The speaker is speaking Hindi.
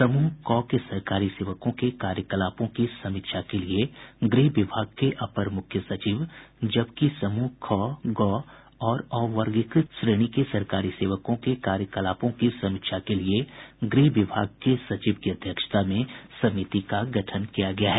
समूह क के सरकारी सेवकों के कार्यकलापों की समीक्षा के लिये गृह विभाग के अपर मुख्य सचिव जबकि समूह ख ग और अवर्गीकृत श्रेणी के सरकारी सेवकों के कार्यकलापों की समीक्षा के लिये गृह विभाग के सचिव की अध्यक्षता में समिति का गठन किया गया है